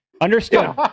Understood